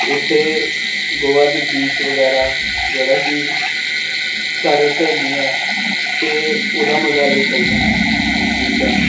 उत्थै गोवा च बीच बगैरा जेह्ड़ा कि साढ़े इत्थै नेईं हैन ते ओह्दा मजा लेई सकने आं बीचें दा